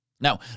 Now